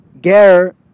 Ger